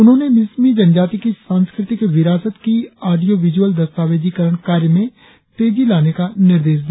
उन्होंने मिश्मी जनजाति की सांस्क्रतिक विरासत की ऑडियों विज़ुवल दस्तावेजीकरण कार्य में तेजी लाने का निर्देश दिया